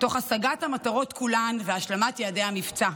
תוך השגת המטרות כולן והשלמת יעדי המבצע.